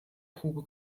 probe